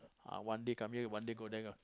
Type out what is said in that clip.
one day come here one day go there